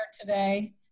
today